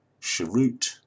shirut